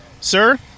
Sir